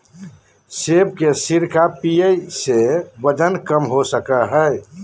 सेब के सिरका पीये से वजन कम हो सको हय